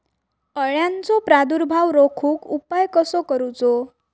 अळ्यांचो प्रादुर्भाव रोखुक उपाय कसो करूचो?